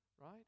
Right